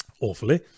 awfully